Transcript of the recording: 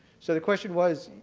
so the question was